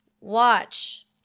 watch